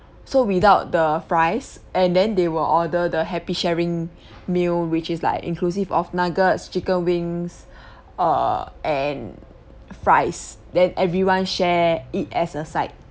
so without the fries and then they will order the happy sharing meal which is like inclusive of nuggets chicken wings err and fries then everyone share it as a side